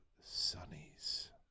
Sonny's